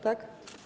Tak?